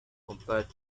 compared